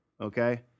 Okay